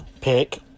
pick